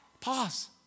Pause